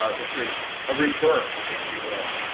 ah this is a rebirth, if you will.